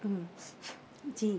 ہوں جی